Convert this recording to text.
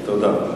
תודה.